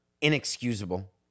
inexcusable